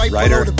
writer